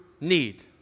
need